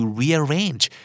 rearrange